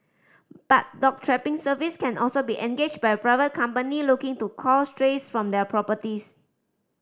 but dog trapping service can also be engaged by a private company looking to cull strays from their properties